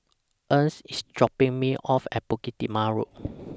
Ernst IS dropping Me off At Bukit Timah Road